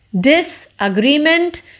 Disagreement